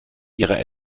ihrer